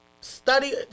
study